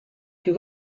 più